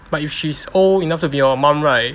but if she's old enough to be your mum right